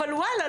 אבל וואלה,